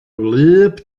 wlyb